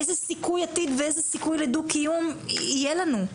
איזה סיכוי עתיד ואיזה סיכוי לדו-קיום יהיה לנו.